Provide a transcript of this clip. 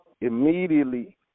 immediately